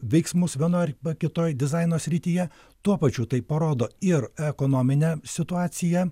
veiksmus vienoj kitoj dizaino srityje tuo pačiu tai parodo ir ekonominę situaciją